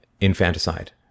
infanticide